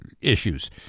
issues